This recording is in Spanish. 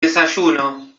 desayuno